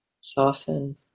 soften